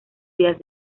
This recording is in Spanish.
días